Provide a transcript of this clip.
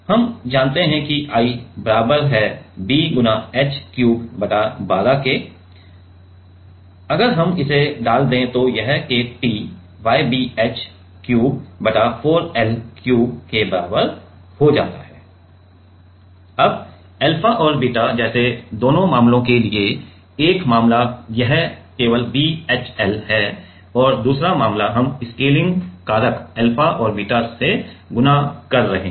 हम जानते हैं कि I बराबर b h क्यूब बटा 12 है अगर हम इसे डाल दें तो यह KT Ybh क्यूब बटा 4 L क्यूब के बराबर हो जाता है अब अल्फा और बीटा जैसे दोनों मामलों के लिए एक मामला यह केवल b h l है और दूसरा मामला हम स्केलिंग कारक अल्फा और बीटा से गुणा कर रहे हैं